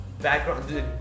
background